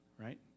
right